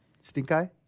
Stink-Eye